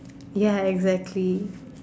ya exactly